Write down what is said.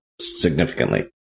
significantly